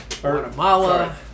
Guatemala